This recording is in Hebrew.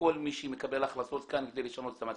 כל מי שמקבל החלטות כאן כדי לשנות את המצב.